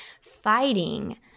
fighting